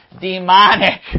Demonic